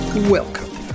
Welcome